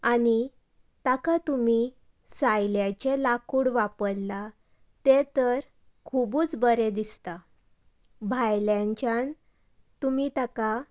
आनी ताका तुमी सायल्याचे लाकूड वापरलां ते तर खुबच बरें दिसतां भायल्यानच्यान तुमी ताका